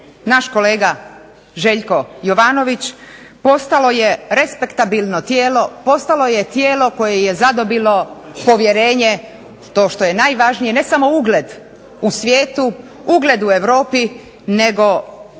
naš kolega Željko Jovanović postalo je respektabilno tijelo, postalo je tijelo koje je zadobilo povjerenje, to što je najvažnije ne samo ugled u svijetu, ugled u Europi nego